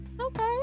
Okay